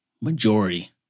majority